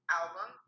album